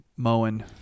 mowing